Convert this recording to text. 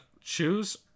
choose